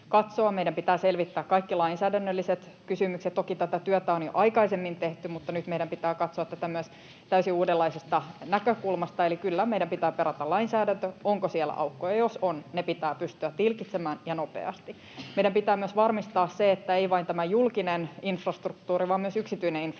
Meidän pitää selvittää kaikki lainsäädännölliset kysymykset. Toki tätä työtä on jo aikaisemmin tehty, mutta nyt meidän pitää katsoa tätä myös täysin uudenlaisesta näkökulmasta. Eli kyllä meidän pitää perata lainsäädäntö, onko siellä aukkoja. Jos on, ne pitää pystyä tilkitsemään ja nopeasti. Meidän pitää myös varmistaa se, että ei vain tämä julkinen infrastruktuuri vaan myös yksityinen infrastruktuuri